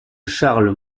charles